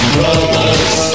Brothers